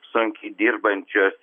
sunkiai dirbančios